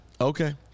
Okay